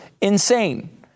insane